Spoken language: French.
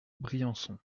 briançon